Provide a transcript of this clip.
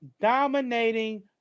dominating